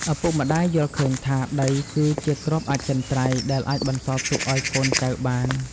ឪពុកម្ដាយយល់ឃើញថា ដីគឺជាទ្រព្យអចិន្ត្រៃយ៍ដែលអាចបន្សល់ទុកឱ្យកូនចៅបាន។